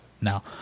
now